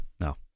No